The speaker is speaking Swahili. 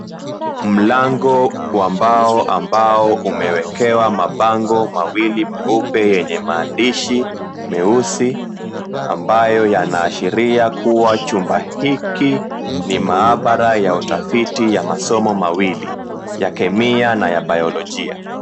Mlango wa mbao ambao umewekewa mabango mawili meupe yenye maandishi meusi ambayo yanaashiria kuwa chumba hiki ni maabara ya utafiti ya masomo mawili, ya kemia na bayologia.